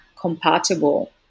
compatible